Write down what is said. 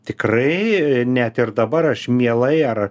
tikrai net ir dabar aš mielai ar